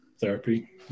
therapy